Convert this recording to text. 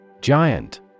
Giant